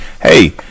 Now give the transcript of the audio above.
hey